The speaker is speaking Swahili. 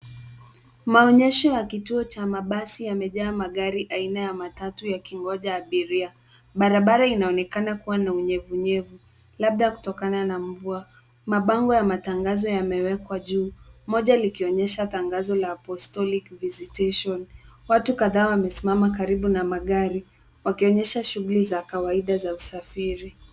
Maonyesho ya kituo cha mabasi, yamejaa magari aina ya matatu, yakingonja abiria. Barabara inaonekana kuwa na unyevunyevu, labda kutokana na mvua. Mabango ya matangazo yamewekwa juu, moja likionyesha tangazo la apostolic visitation . Watu kadhaa wamesimama karibu na magari, wakionyesha shughuli za kawaida za usafiri.